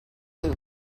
lube